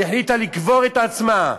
שהחליטה לקבור את עצמה: